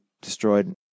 destroyed